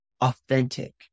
authentic